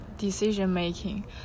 decision-making